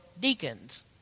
deacons